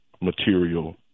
material